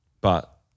But-